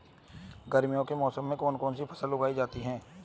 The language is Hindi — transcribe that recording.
गर्मियों के मौसम में कौन सी फसल अधिक उगाई जाती है?